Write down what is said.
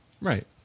Right